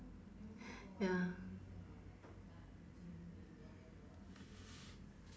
ya